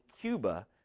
Cuba